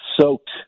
soaked